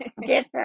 different